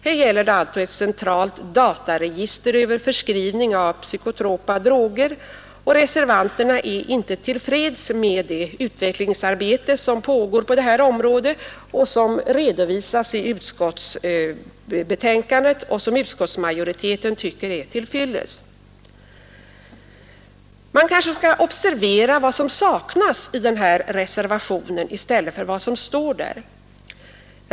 Här gäller det ett centralt dataregister över förskrivningen av psykotropa droger. Reservanterna är inte till freds med det utvecklingsarbete som pågår på detta område och som redovisas i utskottets betänkande. Utskottsmajoriteten tycker att detta utvecklingsarbete är till fyllest. Man kanske mera skall observera vad som saknas i denna reservation i stället för vad som står där.